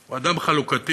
הוא אדם חלוקתי.